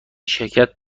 شرکت